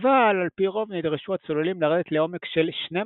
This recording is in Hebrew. אבל על פי רוב נדרשו הצוללים לרדת לעומק של 12